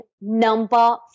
number